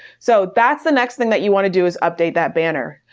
so that's the next thing that you want to do is update that banner.